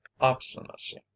obstinacy